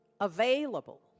Available